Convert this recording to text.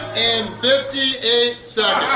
and fifty eight